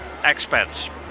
expats